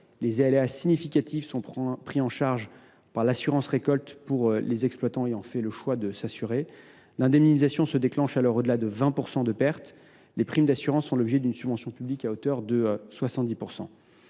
Les aléas significatifs sont pris en charge par l’assurance récolte pour les exploitants ayant fait le choix de s’assurer. L’indemnisation se déclenche alors au delà de 20 % de pertes. Les primes d’assurance sont l’objet d’une subvention publique à hauteur de 70 %.